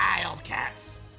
Wildcats